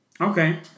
Okay